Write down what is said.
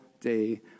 day